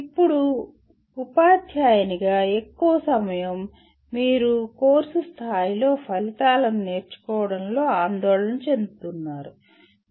ఇప్పుడు ఉపాధ్యాయునిగా ఎక్కువ సమయం మీరు కోర్సు స్థాయిలో ఫలితాలను నేర్చుకోవడంలో ఆందోళన చెందుతున్నారు